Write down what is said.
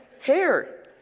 hair